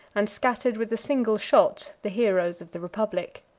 and scattered with a single shot the heroes of the republic.